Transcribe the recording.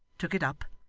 took it up,